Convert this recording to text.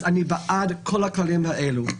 אז אני בעד כל הכללים האלה,